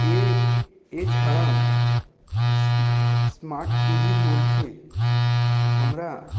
এ এছাড়াও স্মার্ট টিভির মধ্যে আমরা